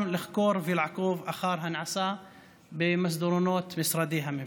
כדי לחקור ולעקוב אחר הנעשה במסדרונות משרדי הממשלה.